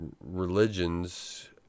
religions